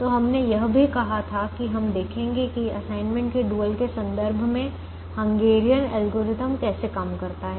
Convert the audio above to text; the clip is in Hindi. तो हमने यह भी कहा था कि हम देखेंगे कि असाइनमेंट के डुअल के संदर्भ में हंगेरियन एल्गोरिथ्म कैसे काम करता है